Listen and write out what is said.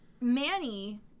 Manny